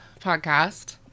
podcast